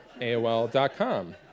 AOL.com